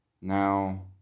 Now